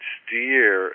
steer